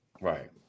right